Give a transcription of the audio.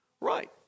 Right